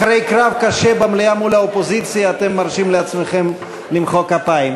אחרי קרב קשה במליאה מול האופוזיציה אתם מרשים לעצמכם למחוא כפיים?